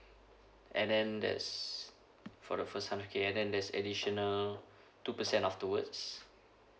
and then there's for the first hundred K and then there's additional two percent afterwards